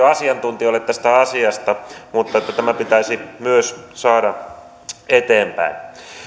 asiantuntijoille tästä asiasta mutta tämä pitäisi myös saada eteenpäin